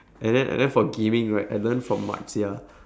and then and then for gaming right I learned from marzia